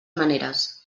maneres